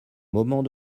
moment